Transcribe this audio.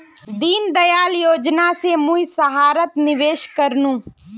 दीनदयाल योजनार पैसा स मुई सहारात निवेश कर नु